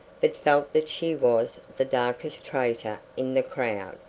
but felt that she was the darkest traitor in the crowd.